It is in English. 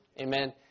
Amen